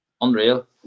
unreal